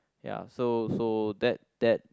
ya so so that that